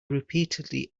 repeatedly